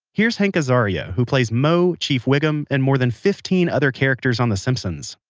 here's hank azaria, who plays moe, chief wiggum, and more than fifteen other characters on the simpsons.